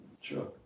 sure